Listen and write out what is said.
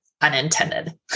unintended